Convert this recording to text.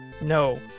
No